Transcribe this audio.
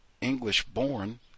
English-born